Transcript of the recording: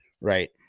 Right